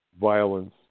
Violence